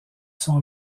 son